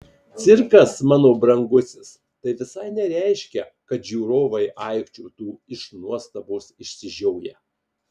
cirkas mano brangusis tai visai nereiškia kad žiūrovai aikčiotų iš nuostabos išsižioję